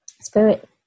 spirit